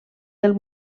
del